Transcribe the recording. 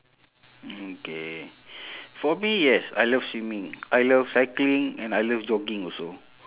mm K for me yes I love swimming I love cycling and I love jogging also